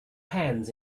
pans